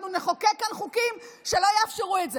אנחנו נחוקק כאן חוקים שלא יאפשרו את זה.